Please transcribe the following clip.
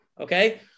okay